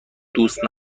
دوست